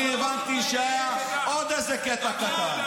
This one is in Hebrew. אני הבנתי שהיה עוד איזה קטע קטן.